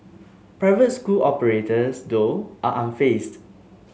private school operators though are unfazed